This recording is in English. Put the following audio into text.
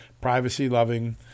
privacy-loving